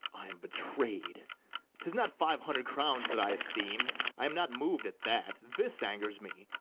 i am betray'd tis not five hundred crowns that i esteem i am not mov'd at that this angers me,